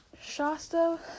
Shasta